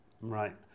Right